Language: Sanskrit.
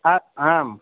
आ आम्